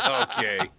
Okay